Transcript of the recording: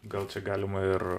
gal čia galima ir